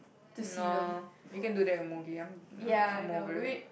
no you can do that in movie I'm not I'm over it